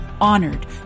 honored